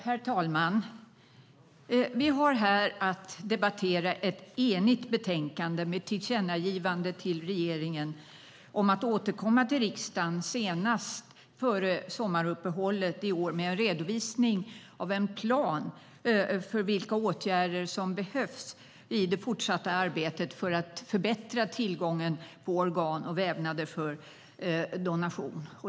Herr talman! Vi har här att debattera ett enigt betänkande med ett tillkännagivande till regeringen om att återkomma till riksdagen senast före sommaruppehållet i år med en redovisning av en plan för vilka åtgärder som behövs i det fortsatta arbetet för att förbättra tillgången på organ och vävnader för donation.